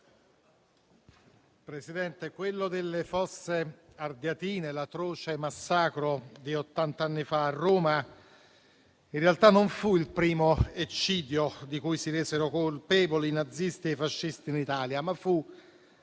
Presidente, quello delle Fosse Ardeatine, l'atroce massacro di ottant'anni fa a Roma, in realtà non fu il primo eccidio di cui si resero colpevoli i nazisti e i fascisti in Italia, ma fu